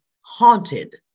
haunted